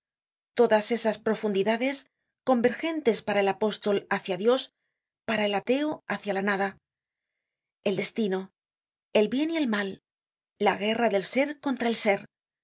todas esas profundidades convergentes para el apóstol hácia dios para el ateo hácia la nada el destino el bien y el mal la guerra del ser contra el ser